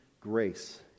grace